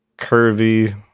curvy